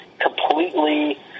completely